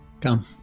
Come